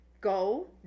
Go